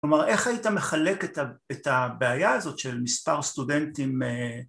כלומר איך היית מחלק את הבעיה הזאת של מספר סטודנטים